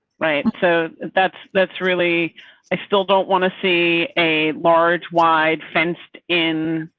right. so that's that's really i still don't want to see a large wide fenced in.